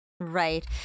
Right